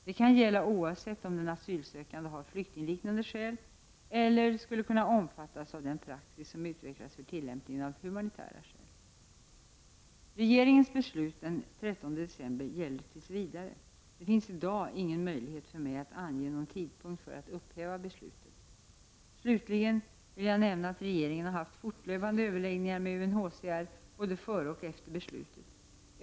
Det kan gälla oavsett om den asylsökande har flyktingliknande skäl eller skulle kunna omfattas av den praxis som utvecklats vid tillämpningen av humanitära skäl. Regeringens beslut den 13 december 1989 gäller tills vidare. Det finnns i dag ingen möjlighet för mig att ange någon tidpunkt för att upphäva beslutet. Slutligen vill jag nämna att regeringen har haft fortlöpande överläggningar med UNHCR både före och efter beslutet.